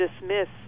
dismiss